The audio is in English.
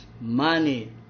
money